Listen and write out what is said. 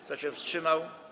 Kto się wstrzymał?